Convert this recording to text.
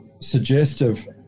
suggestive